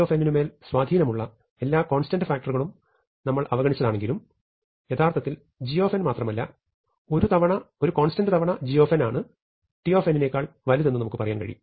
g നുമേൽ സ്വാധീനമുള്ള എല്ലാ കോൺസ്റ്റന്റ് ഫാക്ടറുകളും നമ്മൾ അവഗണിച്ചതാണെങ്കിലും യഥാർത്ഥത്തിൽ g മാത്രമല്ല ഒരു കോൺസ്റ്റന്റ് തവണ g ആണ് t നേക്കാൾ വലുതാണെന്ന് നമുക്ക് പറയാൻ കഴിയും